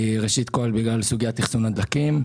ראשית בגלל סוגיית אחסון הדלקים.